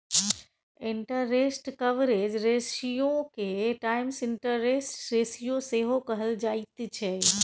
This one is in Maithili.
इंटरेस्ट कवरेज रेशियोके टाइम्स इंटरेस्ट रेशियो सेहो कहल जाइत छै